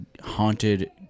haunted